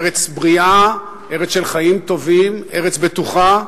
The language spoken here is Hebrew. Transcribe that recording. ארץ בריאה, ארץ של חיים טובים, ארץ בטוחה.